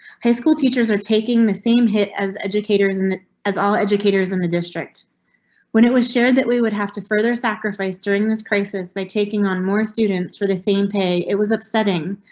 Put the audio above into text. high school teachers are taking the same hit as educators and in as all educators in the district when it was shared that we would have to further sacrificed during this crisis by taking on more students for the same pay, it was upsetting,